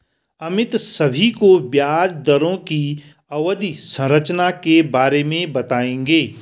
अमित सभी को ब्याज दरों की अवधि संरचना के बारे में बताएंगे